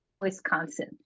Wisconsin